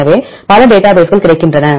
எனவே பல டேட்டாபேஸ்கள் கிடைக்கின்றன